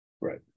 Right